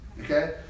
Okay